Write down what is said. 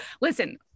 Listen